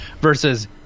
versus